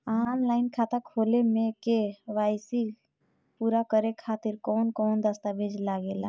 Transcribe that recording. Online खाता खोले में के.वाइ.सी पूरा करे खातिर कवन कवन दस्तावेज लागे ला?